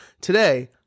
Today